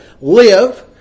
live